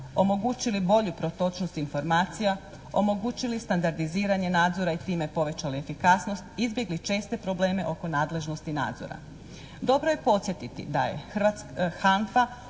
omogućili bolju protočnost informacija, omogućili standardiziranje nadzora i time povećali efikasnost, izbjegli česte probleme oko nadležnosti nadzora. Dobro je podsjetiti da je HANF-a